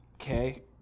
okay